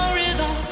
rhythm